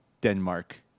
Denmark